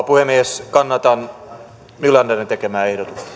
puhemies kannatan nylanderin tekemää